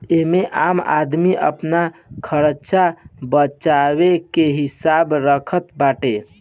एमे आम आदमी अपन खरचा बर्चा के हिसाब रखत बाटे